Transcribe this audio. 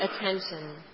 attention